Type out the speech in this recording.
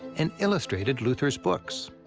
and illustrated luther's books.